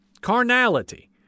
Carnality